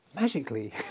magically